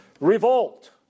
revolt